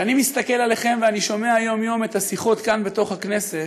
אני מסתכל עליכם ואני שומע יום-יום את השיחות כאן בתוך הכנסת,